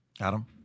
Adam